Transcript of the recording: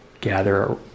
gather